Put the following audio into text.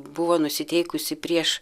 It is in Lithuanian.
buvo nusiteikusi prieš